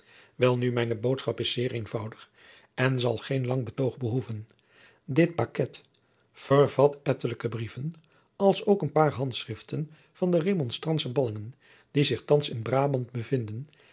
welnu mijne boodschap is zeer eenvoudig en zal geen lang betoog behoeven dit paket vervat ettelijke brieven als ook een paar handschriften van de remonstrantsche ballingen die zich thands in brabant bevinden